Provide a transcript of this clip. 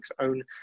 own